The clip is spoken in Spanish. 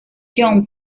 young